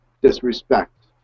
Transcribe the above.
disrespect